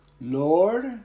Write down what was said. Lord